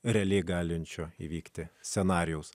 realiai galinčio įvykti scenarijaus